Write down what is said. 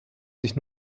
sich